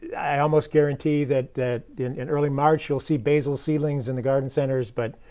i almost guarantee that that in in early march, you will see basil seedlings in the garden centers. but